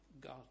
God